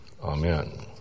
Amen